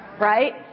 right